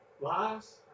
Lies